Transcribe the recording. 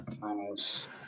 Finals